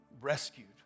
rescued